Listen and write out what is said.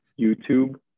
YouTube